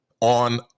on